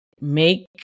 Make